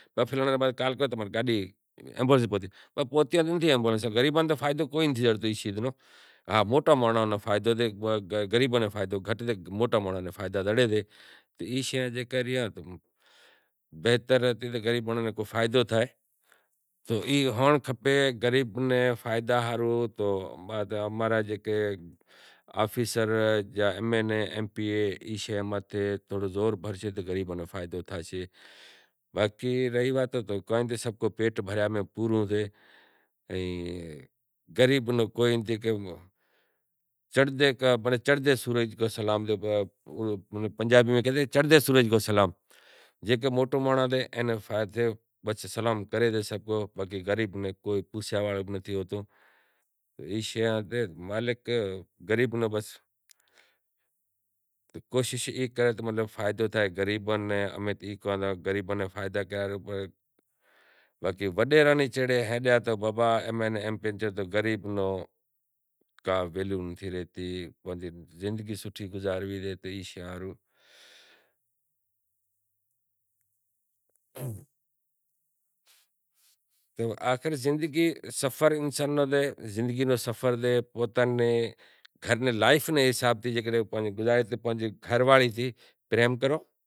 یا فلانڑا ناں کال کر تو ایمبولینس آوے تو غریباں ناں تو ای سیز نو کو فائدو ناں زڑے ہا موٹاں مانڑاں نا فائدو ڈے غریباں ناں گھٹ ڈے موٹاں مانڑاں ناں فائدا زڑیں سے۔ تو ای ہئنڑ کھپے غریباں ناں فائدا ہاروں، اماں را آفیسر کو ایم این اے کو ایم پی اے کہاشیں تو کائیں تھیسے پنڑ غریب را کوئی نتھی چڑہتے سورج ناں، پنجابی میں کہیسیں کہ چڑہندے سورج نوں سلام باقیہ غریب ناں کو پوسنڑ واڑو نتھی۔ باقی وڈیراں ناں چاڑہے ہالیا او ایم پی اے تھیا تو غریب نو کوئی فائدو نتھی او آپری زندگی سوٹھی گزاریں عیش ہاروں کری ریا۔ آخر زندگی نو سفر سے